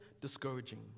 discouraging